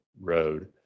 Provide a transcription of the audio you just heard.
Road